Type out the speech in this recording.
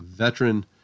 veteran